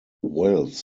welles